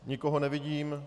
Nikoho nevidím.